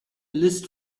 list